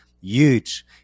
huge